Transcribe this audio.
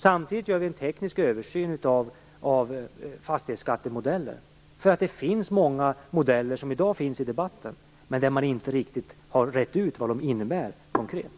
Samtidigt gör vi en teknisk översyn av fastighetsskattemodeller. Det finns många modeller som förekommer i debatten i dag, men man har inte riktigt rett ut vad de konkret innebär.